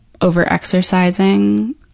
over-exercising